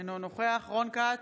אינו נוכח רון כץ,